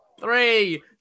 Three